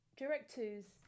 directors